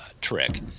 trick